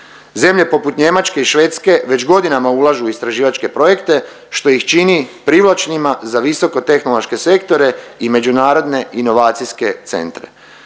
Zemlje poput Njemačke i Švedske već godinama ulažu u istraživačke projekte što ih čini privlačnima za visokotehnološke sektore i međunarodne inovacijske centre.